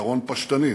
פתרון פשטני: